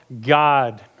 God